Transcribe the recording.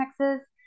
Texas